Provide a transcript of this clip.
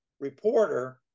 reporter